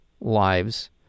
lives